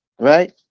right